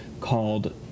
called